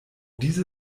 diese